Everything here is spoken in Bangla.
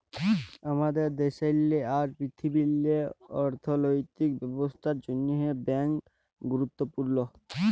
আমাদের দ্যাশেল্লে আর পীরথিবীল্লে অথ্থলৈতিক ব্যবস্থার জ্যনহে ব্যাংক গুরুত্তপুর্ল